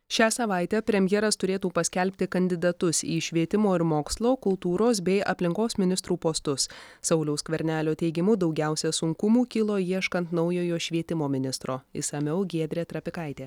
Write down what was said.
šią savaitę premjeras turėtų paskelbti kandidatus į švietimo ir mokslo kultūros bei aplinkos ministrų postus sauliaus skvernelio teigimu daugiausia sunkumų kilo ieškant naujojo švietimo ministro išsamiau giedrė trapikaitė